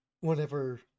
whenever